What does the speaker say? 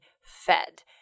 fed